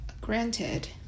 Granted